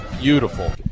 beautiful